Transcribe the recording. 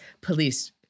police